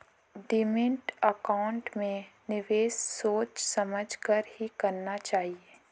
demat account में निवेश सोच समझ कर ही करना चाहिए